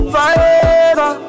Forever